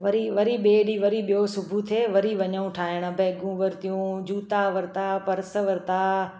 वरी वरी ॿिए ॾींहुं वरी ॿियों सुबुहु थिए वरी वञूं ठाहिणु बैगूं वरतियूं जुता वरिता पर्स वरिता